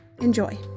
enjoy